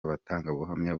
abatangabuhamya